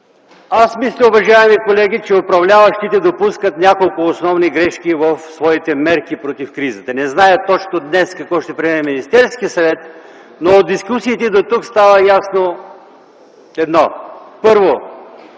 Аз мисля, уважаеми колеги, че управляващите допускат няколко основни грешки в своите мерки против кризата. Не зная днес какво точно ще приеме Министерския съвет, но от дискусиите дотук едно става ясно. Първо,